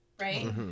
right